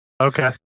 Okay